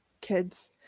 kids